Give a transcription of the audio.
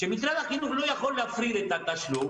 שמשרד החינוך לא יכול להפריד את התשלום